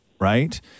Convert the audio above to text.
right